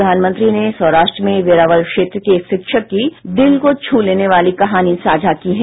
प्रधानमंत्री ने सौराष्ट्र में वेरावल क्षेत्र के एक शिक्षक की दिल को छ लेने वाली कहानी साझा की है